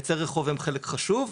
עצי רחוב הם חלק חשוב,